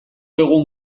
egun